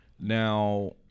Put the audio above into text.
Now –